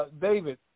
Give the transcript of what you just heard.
David